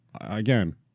again